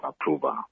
approval